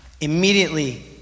immediately